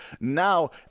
now